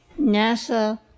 NASA